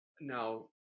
now